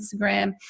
Instagram